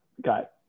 got